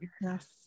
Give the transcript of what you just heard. yes